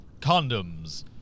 condoms